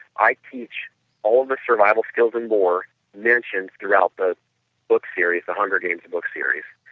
i teach all the survival skills and more mentioned throughout the book series, the hunger games book series.